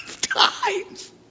times